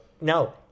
No